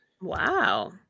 wow